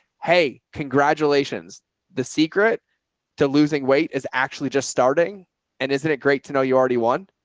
hey, congratulations the secret to losing weight is actually just starting and isn't it great to know you already won.